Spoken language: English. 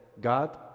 God